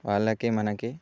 వాళ్ళకి మనకి